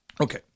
Okay